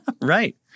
right